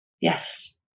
Yes